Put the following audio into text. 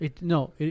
No